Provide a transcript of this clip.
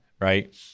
right